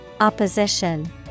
Opposition